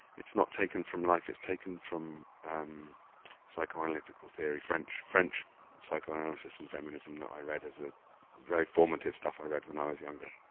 it's not taken from life. it's taken from psychoanalytical theory, french french psychoanalysis and feminism that i read as a very formative stuff i read when i was younger.